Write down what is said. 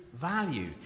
value